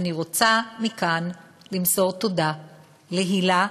ואני רוצה מכאן למסור תודה להילה,